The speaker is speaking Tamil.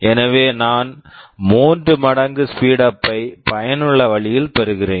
எனவே நான் 3 மடங்கு ஸ்பீட் அப் speedup ஐ பயனுள்ள வழியில் பெறுகிறேன்